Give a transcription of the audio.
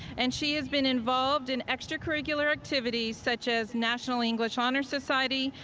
and she has been involved in extracurricular activities such as national english honor society,